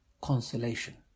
consolation